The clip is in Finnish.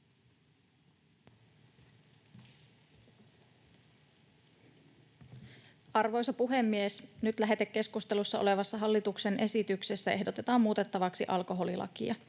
Arvoisa puhemies! Nyt lähetekeskustelussa olevassa hallituksen esityksessä ehdotetaan muutettavaksi alkoholilakia.